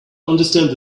understand